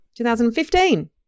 2015